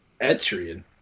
Etrian